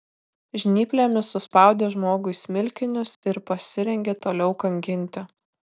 žnyplėmis suspaudė žmogui smilkinius ir pasirengė toliau kankinti